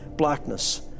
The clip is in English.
Blackness